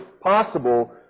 possible